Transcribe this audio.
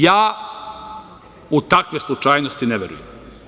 Ja u takve slučajnosti ne verujem.